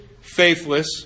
faithless